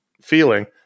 feeling